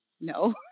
No